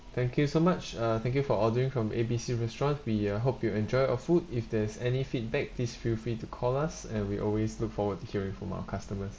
thank you so much uh thank you for ordering from A B C restaurant we uh hope you enjoy our food if there's any feedback please feel free to call us and we always look forward to hearing from our customers